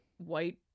white